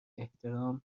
احترام